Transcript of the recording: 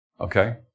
Okay